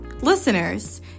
Listeners